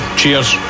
cheers